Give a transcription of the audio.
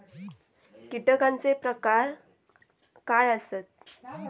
कीटकांचे प्रकार काय आसत?